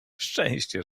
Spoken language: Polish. szczęście